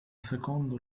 secondo